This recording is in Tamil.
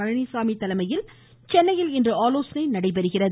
பழனிச்சாமி தலைமையில் சென்னையில் இன்று ஆலோசனை நடைபெற்று வருகிறது